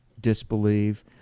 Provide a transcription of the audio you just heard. disbelieve